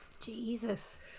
Jesus